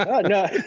no